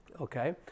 Okay